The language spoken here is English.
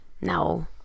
No